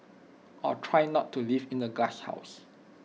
or try not to live in A glasshouse